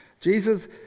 Jesus